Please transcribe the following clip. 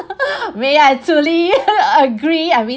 we are truly agree I mean